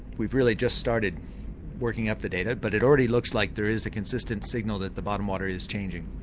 we've really just started working up the data, but it already looks like there is a consistent signal that the bottom water is changing.